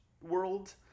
world